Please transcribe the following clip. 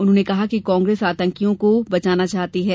उन्होंने कहा कि कांग्रेस आतंकवादियों को बचाना चाहती है